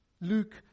Luke